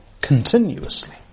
continuously